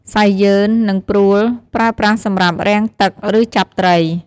សៃយឺន និងព្រួល ប្រើប្រាស់សម្រាប់រាំងទឹក ឬចាប់ត្រី។